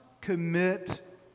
commit